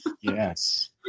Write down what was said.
Yes